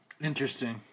Interesting